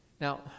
Now